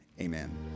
Amen